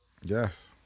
Yes